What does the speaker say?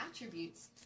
attributes